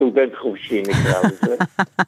סטודנט חופשי, נקרא לזה.